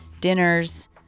dinners